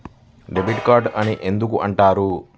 Debit card అని ఎందుకు అంటారు?